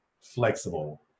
flexible